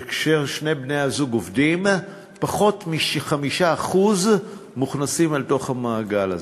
כאשר שני בני-הזוג עובדים פחות מ-5% נכנסים לתוך המעגל הזה,